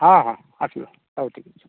ହଁ ହଁ ଆସିବ ହେଉ ଠିକ୍ ଅଛି